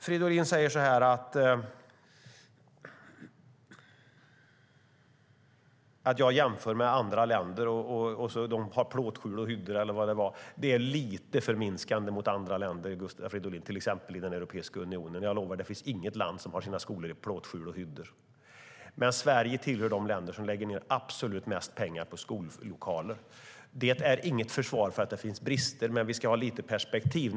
Fridolin säger att jag jämför med länder där de har plåtskjul och hyddor. Det är lite förminskande mot andra länder i till exempel Europeiska unionen. Jag kan lova att inget europeiskt land har sina skolor i plåtskjul och hyddor. Sverige hör till de länder som lägger ned absolut mest pengar på skollokaler. Det är inget försvar för att det finns brister, men vi ska ha lite perspektiv.